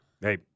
Hey